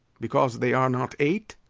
because they are not eight?